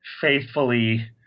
faithfully